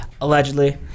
allegedly